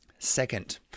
Second